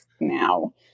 now